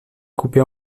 couper